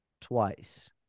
twice